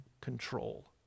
control